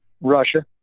Russia